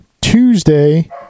Tuesday